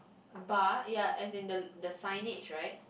bar ya as in the the signage right